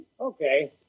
Okay